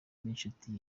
n’inshuti